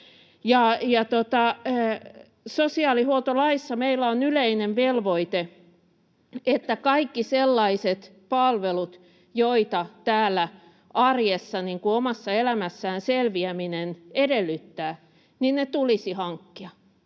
Sosiaalihuoltolaissa meillä on yleinen velvoite, että kaikki sellaiset palvelut, joita täällä arjessa omassa elämässä selviäminen edellyttää, tulisi hankkia.